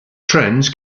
trends